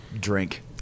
drink